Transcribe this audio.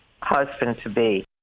husband-to-be